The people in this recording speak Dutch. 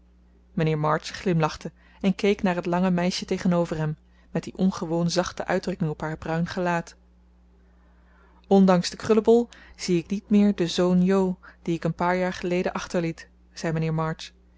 mijnheer march glimlachte en keek naar het lange meisje tegenover hem met die ongewoon zachte uitdrukking op haar bruin gelaat ondanks den krullebol zie ik niet meer den zoon jo dien ik een paar jaar geleden achterliet zei mijnheer march